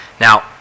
Now